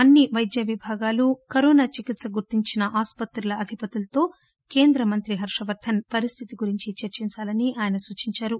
అన్ని పైద్య విభాగాలు కరోనా చికిత్సకు గుర్తించిన ఆస్పత్రుల అధిపతులతో కేంద్ర మంత్రి హర్ష వర్దస్ పరిస్దితిని గురించి చర్చించాలని ఆయన సూచించారు